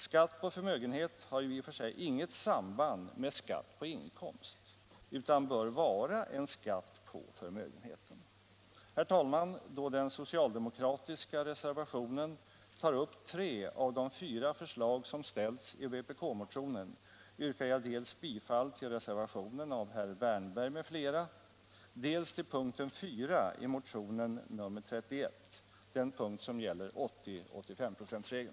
Skatt på förmögenhet har ju i och för sig inget samband med skatt på inkomst, utan den bör vara en skatt på förmögenheten.